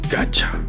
Gotcha